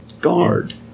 Guard